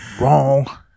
Wrong